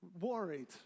worried